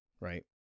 right